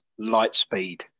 Lightspeed